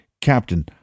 Captain